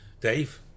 Dave